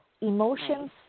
emotions